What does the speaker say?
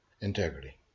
integrity